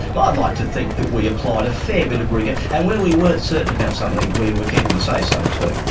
but to think that we applied a fair bit of rigour, and where we weren't certain about something we were careful to say so too.